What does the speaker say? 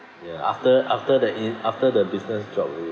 ya after after the in~ after the business chop already